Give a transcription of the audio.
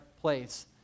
place